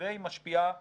והיא משפיעה